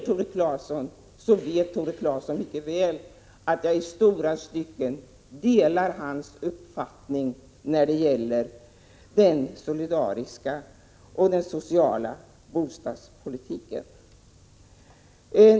Tore Claeson vet mycket väl att jag i stora stycken delar hans uppfattning när det gäller den solidariska och sociala bostadspolitiken.